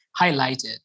highlighted